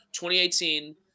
2018